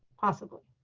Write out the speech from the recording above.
possibly.